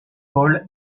paul